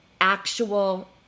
actual